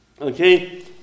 Okay